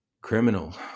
criminal